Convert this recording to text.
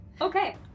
Okay